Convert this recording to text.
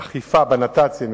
אכיפה בנת"צים,